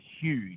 huge